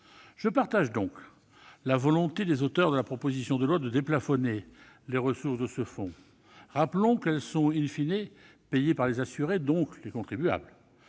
Je partage donc la volonté des auteurs de la proposition de loi de déplafonner les ressources de ce fonds. Rappelons qu'elles sont payées par les assurés, et donc les contribuables.